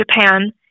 Japan